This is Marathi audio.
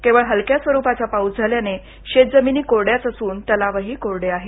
केवळ इलक्या स्वरूपाचा पाउस झाल्याने शेतजमिनी कोरङ्याच असून तलावही कोरडे आहेत